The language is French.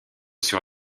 sur